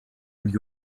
and